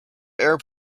air